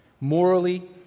Morally